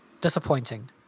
disappointing